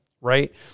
right